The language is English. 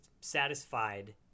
satisfied